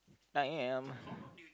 I am